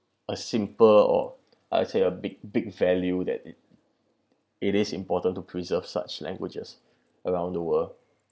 a simple or I'd say a big big value that it it is important to preserve such languages around the world